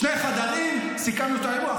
שני חדרים, סיכמנו את האירוע.